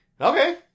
Okay